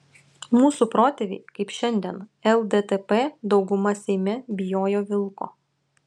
mūsų protėviai kaip šiandien lddp dauguma seime bijojo vilko